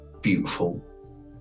beautiful